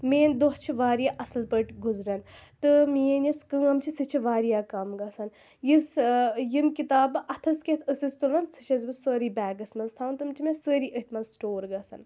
میٛٲنۍ دۄہ چھِ واریاہ اَصٕل پٲٹھۍ گُزران تہٕ میٛٲنۍ یۅس کٲم چھِ سۅ چھِ واریاہ کَم گژھان یۅس یِم کِتابہٕ بہٕ اَتھس کٮ۪تھ ٲسٕس تُلان سۅ چھَس بہٕ سٲرٕے بیگَس منٛز تھاوان تِم چھِ مےٚ سٲرِی أتھۍ منٛز سِٹور گژھان